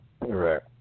Right